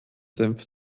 senf